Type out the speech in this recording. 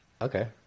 Okay